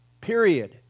Period